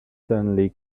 suddenly